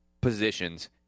positions